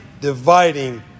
dividing